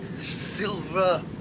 silver